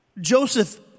Joseph